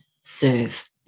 serve